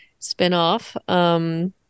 spinoff